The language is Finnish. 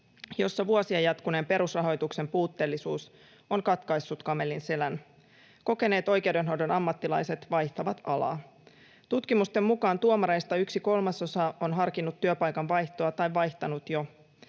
jossa vuosia jatkuneen perusrahoituksen puutteellisuus on katkaissut kamelin selän. Kokeneet oikeudenhoidon ammattilaiset vaihtavat alaa. Tutkimusten mukaan tuomareista yksi kolmasosa on harkinnut työpaikan vaihtoa tai vaihtanut jo